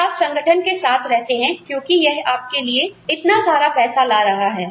और आप संगठन के साथ रहते हैं क्योंकि यह आपके लिए इतना पैसा ला रहा है